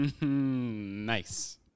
Nice